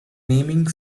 naming